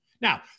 Now